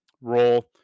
role